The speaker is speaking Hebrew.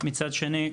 מצד שני,